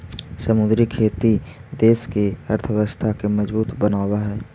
समुद्री खेती देश के अर्थव्यवस्था के मजबूत बनाब हई